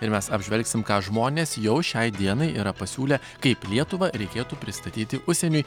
ir mes apžvelgsim ką žmonės jo šiai dienai yra pasiūlę kaip lietuvą reikėtų pristatyti užsieniui